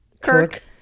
Kirk